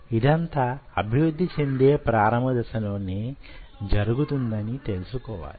ఇదంతా అభివృద్ధి చెందే ప్రారంభ దశలోనే జరుగుతుందని తెలుసుకోవాలి